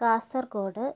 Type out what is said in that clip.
Kasaragod